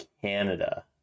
Canada